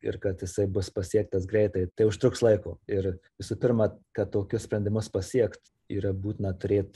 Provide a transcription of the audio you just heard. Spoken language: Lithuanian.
ir kad jisai bus pasiektas greitai tai užtruks laiko ir visų pirma kad tokius sprendimus pasiekt yra būtina turėt